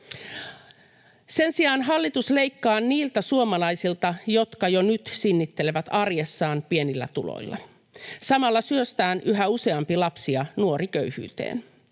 Sen sijaan hallitus leikkaa niiltä suomalaisilta, jotka jo nyt sinnittelevät arjessaan pienillä tuloilla. Samalla syöstään yhä useampi lapsi ja nuori köyhyyteen.